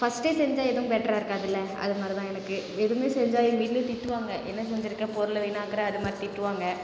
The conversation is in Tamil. ஃபஸ்ட்டே செஞ்சால் எதுவும் பெட்டராக இருக்காதில்ல அது மாதிரி எனக்கு எதுவுமே செஞ்சால் எங்கள் வீட்டிலேயே திட்டுவாங்க என்ன செஞ்சிருக்க பொருளை வீணாக்குற அது மாதிரி திட்டுவாங்க